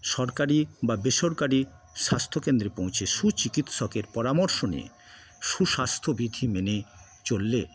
সরকারি বা বেসরকারি স্বাস্থ্য কেন্দ্রে পৌঁছে সুচিকিৎসকের পরামর্শ নিয়ে সুস্বাস্থ্যবিধি মেনে চললে